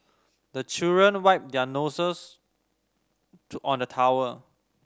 the children wipe their noses on the towel